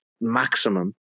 maximum